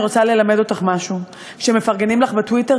אני רוצה ללמד אותך משהו: כשמפרגנים לך בטוויטר,